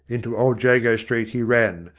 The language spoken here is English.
into old jago street he ran,